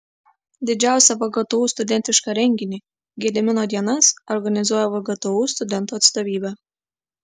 didžiausią vgtu studentišką renginį gedimino dienas organizuoja vgtu studentų atstovybė